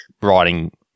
writing